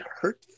hurt